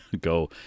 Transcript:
go